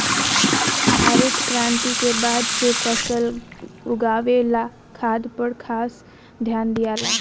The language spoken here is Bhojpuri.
हरित क्रांति के बाद से फसल उगावे ला खाद पर खास ध्यान दियाला